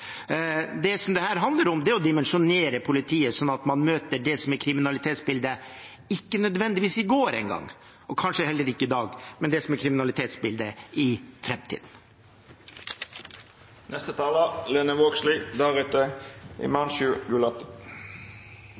Det dette handler om, er å dimensjonere politiet slik at man møter det som er kriminalitetsbildet – ikke nødvendigvis i går, og kanskje heller ikke i dag, men det som er kriminalitetsbildet i